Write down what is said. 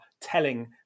telling